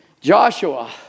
Joshua